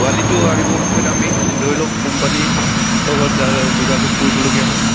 পোৱালিটো আনিবৰ সময়ত আমি ধৰি লওক কোম্পানীৰ লগত যোগাযোগ কৰিবলগীয়া হয়